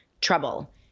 trouble